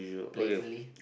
blatantly